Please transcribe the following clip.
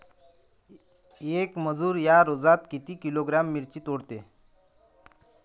येक मजूर या रोजात किती किलोग्रॅम मिरची तोडते?